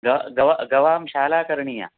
गवां गवां गवां शाला करणीया